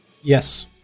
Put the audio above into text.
Yes